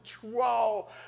control